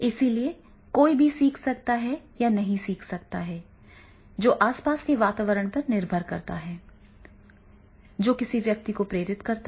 इसलिए कोई भी सीख सकता है या नहीं सीख सकता है जो आसपास के वातावरण पर निर्भर करता है जो किसी व्यक्ति को प्रेरित करता है